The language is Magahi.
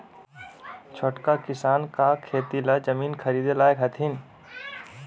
छोटका किसान का खेती ला जमीन ख़रीदे लायक हथीन?